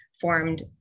formed